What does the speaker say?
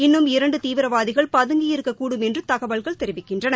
இன்னும் இரண்டு தீவிரவாதிகள் பதங்கியிருக்கக் கூடும் என்று தகவல்கள் தெரிவிக்கின்றன